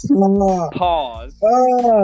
pause